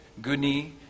Guni